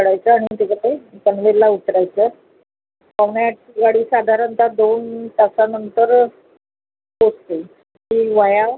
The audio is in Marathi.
चढायचं आणि तिकडे पनवेलला उतरायचं पावणे आठची गाडी साधारणत दोन तासानंतर पोचते ती व्हाया